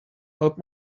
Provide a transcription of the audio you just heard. help